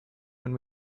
when